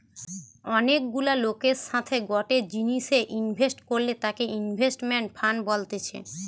অনেক গুলা লোকের সাথে গটে জিনিসে ইনভেস্ট করলে তাকে ইনভেস্টমেন্ট ফান্ড বলতেছে